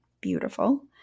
beautiful